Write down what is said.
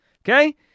Okay